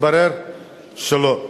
התברר שלא.